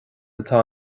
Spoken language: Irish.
atá